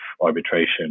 arbitration